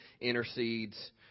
intercedes